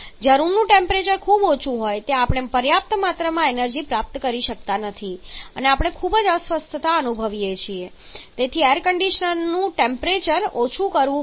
જ્યાં રૂમનું ટેમ્પરેચર ખૂબ ઊંચું હોય ત્યાં આપણે પર્યાપ્ત માત્રામાં એનર્જી પ્રાપ્ત કરી શકતા નથી અને આપણે ખૂબ જ અસ્વસ્થતા અનુભવી શકીએ છીએ તેથી એર કન્ડીશનરને ટેમ્પરેચર ઓછું કરવું પડશે